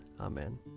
Amen